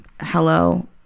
Hello